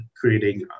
creating